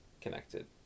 connected